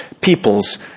peoples